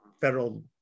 federal